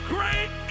Great